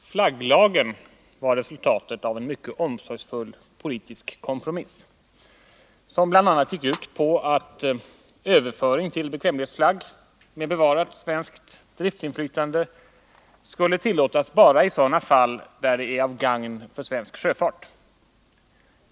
Herr talman! Flagglagen är resultatet av en mycket omsorgsfull politisk kompromiss, som bl.a. gick ut på att överföring till bekvämlighetsflagg med bevarat svenskt driftsinflytande skulle tillåtas bara i sådana fall där den är till gagn för svensk sjöfart.